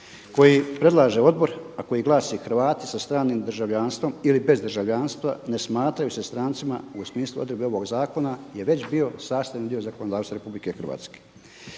koji predlaže odbor, a koji glasi: „Hrvati sa stranim državljanstvom ili bez državljanstva ne smatraju se strancima u smislu odredbi ovoga zakona“ je već bio sastavni dio zakonodavstva RH. Dalje,